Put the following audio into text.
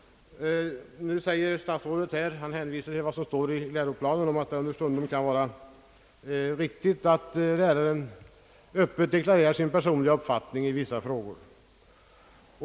Nu hänvisar statsrådet till vad som står i läroplanen, nämligen att det understundom kan vara riktigt att läraren öppet deklarerar sina personliga synpunkter.